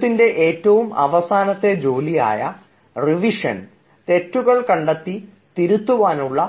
എഴുത്തിൻറെ ഏറ്റവും അവസാനത്തെ ജോലിയായ റിവിഷൻ തെറ്റുകൾ കണ്ടെത്തി തിരുത്തുവാനായുള്ള